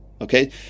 Okay